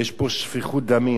ויש פה שפיכות דמים,